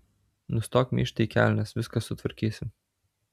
nustok myžt į kelnes viską sutvarkysim